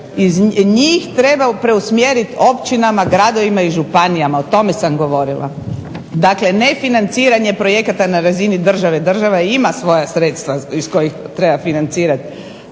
njih treba preusmjeriti općinama, gradovima i županijama. O tome sam govorila. Dakle, ne financiranje projekata na razini države, država ima svoja sredstva iz kojih treba financirati,